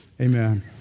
Amen